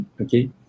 okay